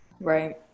right